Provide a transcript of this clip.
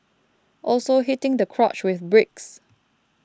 also hitting the crotch with bricks